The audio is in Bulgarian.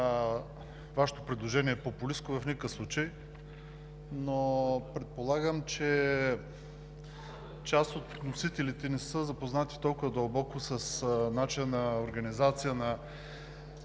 Вашето предложение популистко, но предполагам, че част от вносителите не са запознати толкова дълбоко с начина на организация на